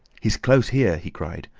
he's close here! he cried.